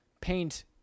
paint